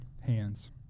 hands